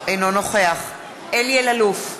אינו נוכח אלי אלאלוף,